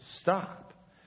stop